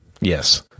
Yes